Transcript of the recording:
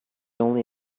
only